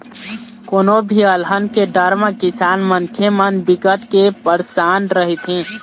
कोनो भी अलहन के डर म किसान मनखे मन बिकट के परसान रहिथे